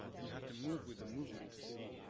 ah you have to move with the movement to see,